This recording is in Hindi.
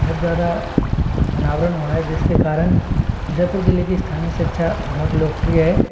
बहुत ज़्यादा अनावरण हुआ है जिसके कारण जयपुर जिले की स्थानीय शिक्षा बहुत लोकप्रिय है